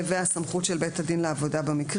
סמכות בית הדין לעבודה5ב.